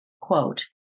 Quote